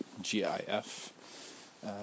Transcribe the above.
G-I-F